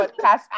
podcast